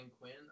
Quinn